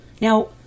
now